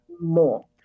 more